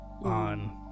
on